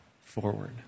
forward